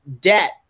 debt